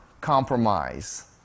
compromise